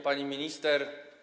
Pani Minister!